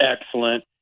excellent